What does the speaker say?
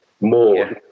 more